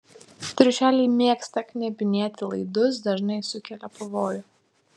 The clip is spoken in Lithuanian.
triušeliai mėgsta knebinėti laidus dažnai sukelia pavojų